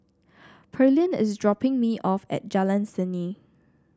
Pearline is dropping me off at Jalan Seni